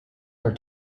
were